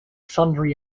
sundry